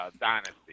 dynasty